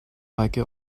heike